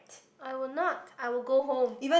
I would not I will go home